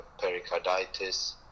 pericarditis